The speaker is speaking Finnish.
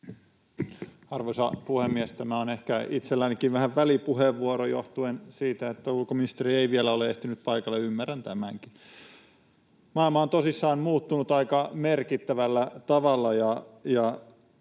Arvoisa puhemies! Tämä on ehkä itsellänikin vähän välipuheenvuoro johtuen siitä, että ulkoministeri ei vielä ole ehtinyt paikalle. Ymmärrän tämänkin. Maailma on tosissaan muuttunut aika merkittävällä tavalla,